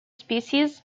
species